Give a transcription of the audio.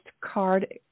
card